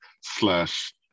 slash